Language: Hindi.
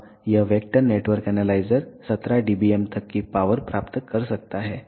अब यह वेक्टर नेटवर्क एनालाइजर 17 dBm तक की पावर प्राप्त कर सकता है